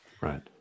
Right